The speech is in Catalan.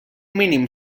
mínim